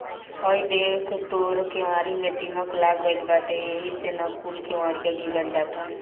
हइ देख तोर केवारी में दीमक लाग गइल बाटे एही से न कूल केवड़िया गिरल जाता